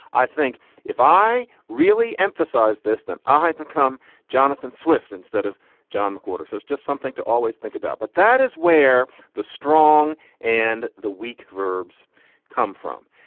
i think if i really emphasize this, then i become jonathan swift instead of john mcwhorter. so it's just something to always think about. but that is where the strong and the weak verbs come from.